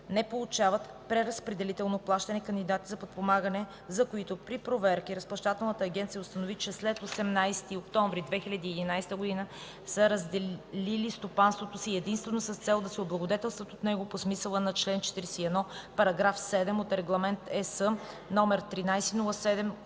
Не получават преразпределително плащане кандидатите за подпомагане, за които при проверки Разплащателната агенция установи, че след 18 октомври 2011 г. са разделили стопанството си единствено с цел да се облагодетелстват от него по смисъла на чл. 41, § 7 от Регламент (ЕС) №